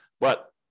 But-